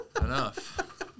enough